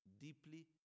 deeply